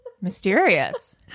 Mysterious